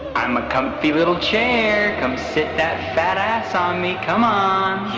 i'm a comfy little chair. come sit that fat ass on me. come, ah